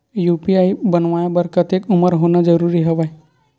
UPI बनवाय बर कतेक उमर होना जरूरी हवय?